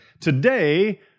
Today